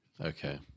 Okay